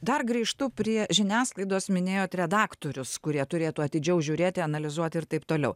dar grįžtu prie žiniasklaidos minėjot redaktorius kurie turėtų atidžiau žiūrėti analizuoti ir taip toliau